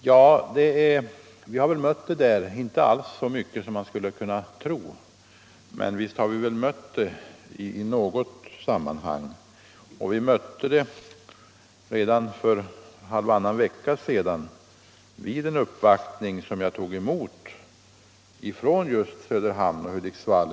Ja, vi har i något sammanhang mött den oron, men inte alls så ofta eller så starkt som många kanske tror. Vi gjorde det redan för halvannan vecka sedan, när man uppvaktade mig från just Söderhamn och Hudiksvall.